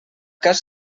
cas